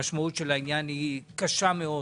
המשמעות של העניין היא קשה מאוד